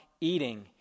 eating